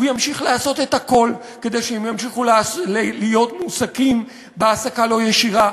הוא ימשיך לעשות את הכול כדי שהם ימשיכו להיות מועסקים בהעסקה לא ישירה,